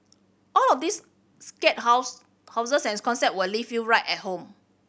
all of these scare house houses and concept will leave you right at home